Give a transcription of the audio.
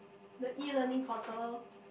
the E-learning portal